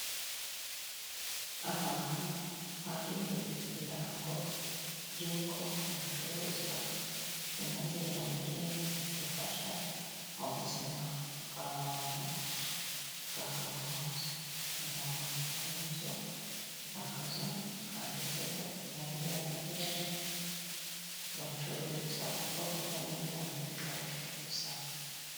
Ahantu hari ibirango by'uko bacuruza inyongeramirire, ifasha mu buzima bwa muntu bwa buri munsi. Inyuma hari inzu akazu kanditseho inyongeramirere bacururiza, ubwoko bw'inyongeramirire bacururizamo.